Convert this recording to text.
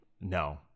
No